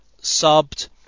subbed